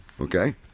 Okay